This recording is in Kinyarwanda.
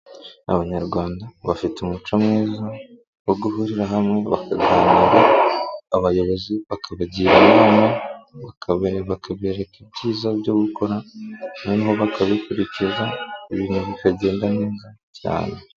Abanyarwanda bafite umuco mwiza wo guhurira hamwe bakaganira, abayobozi bakabagira inama bakabereka ibyiza byo gukora noneho bakabikurikiza ibintu bikagenda neza cyane.